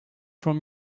from